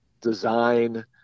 design